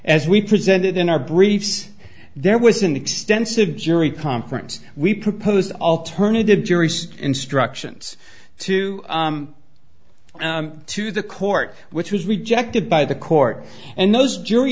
as we presented in our briefs there was an extensive jury conference we proposed alternative jury instructions to to the court which was rejected by the court and those jury